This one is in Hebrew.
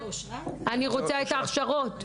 אני רוצה את ההכשרות.